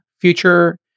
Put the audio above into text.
future